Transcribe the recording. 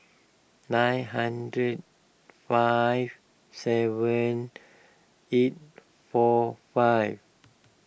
nine hundred five seven eight four five